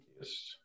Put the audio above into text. Yes